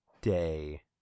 day